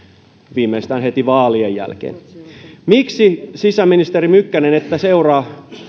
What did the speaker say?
viimeistään heti vaalien jälkeen miksi sisäministeri mykkänen ette seuraa